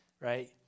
right